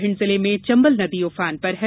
भिंड जिले में चंबल नदी उफान पर है